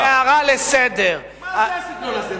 מה הסגנון הזה?